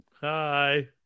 hi